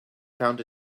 found